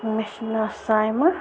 مےٚ چھُ ناو سایمہ